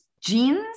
genes